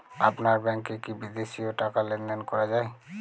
আপনার ব্যাংকে কী বিদেশিও টাকা লেনদেন করা যায়?